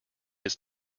his